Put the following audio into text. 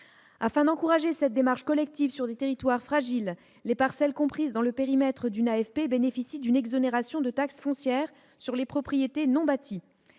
Afin d'encourager cette démarche collective sur des territoires fragiles, les parcelles comprises dans le périmètre d'une AFP bénéficient d'une exonération de taxe foncière sur les propriétés non bâties.